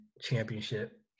championship